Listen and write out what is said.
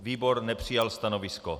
Výbor nepřijal stanovisko.